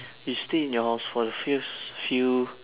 you stay in your for the first few